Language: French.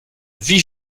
vie